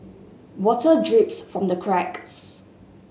water drips from the cracks